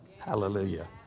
Hallelujah